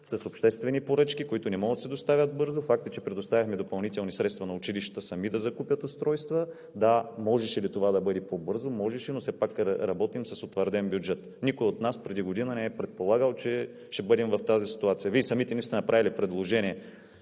с обществени поръчки, които не могат да се доставят бързо. Факт е, че предоставихме допълнителни средства на училищата сами да закупят устройства. Можеше ли това да бъде по-бързо? Можеше, но все пак работим с утвърден бюджет. Никой от нас преди година не е предполагал, че ще бъдем в тази ситуация. Вие самите не сте направили предложения